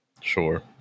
Sure